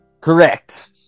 Correct